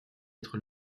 être